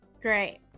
Great